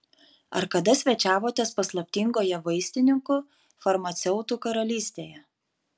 ar kada svečiavotės paslaptingoje vaistininkų farmaceutų karalystėje